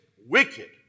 wicked